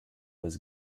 was